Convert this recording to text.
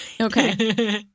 Okay